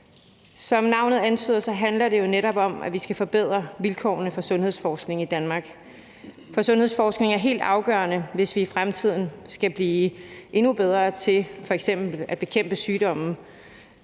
Som navnet antyder, handler det netop om, at vi skal forbedre vilkårene for sundhedsforskning i Danmark, for sundhedsforskning er helt afgørende, hvis vi i fremtiden skal blive endnu bedre til f.eks. at bekæmpe sygdomme.